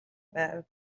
байв